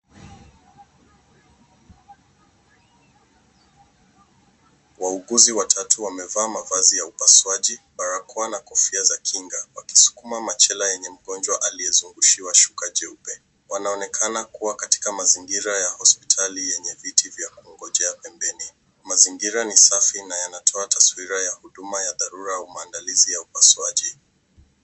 Wauguzi watatu wamevaa mavazi ya upasuaji, barakoa, na kofia za kinga wakisukuma machela yenye mgonjwa aliyezungushiwa shuka nyeupe. Wanaonekana kuwa katika mazingira ya hospitali yenye viti vya kuongojea pembeni. Mazingira ni safi na yana kutoa taswira ya huduma ya dharura au maandalizi ya upasiaji.